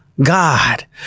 God